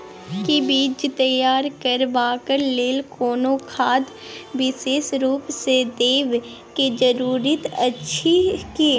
कि बीज तैयार करबाक लेल कोनो खाद विशेष रूप स देबै के जरूरी अछि की?